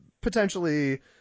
potentially